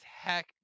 heck